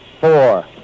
four